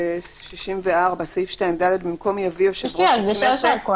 64. סעיף 2(ד) במקום: "יביא יושב ראש הכנסת"